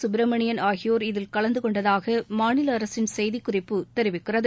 சுப்பிரமணியன் ஆகியோர் இதில் கலந்து கொண்டதாக மாநில அரசின் செய்திக்குறிப்பு தெரிவிக்கிறது